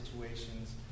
situations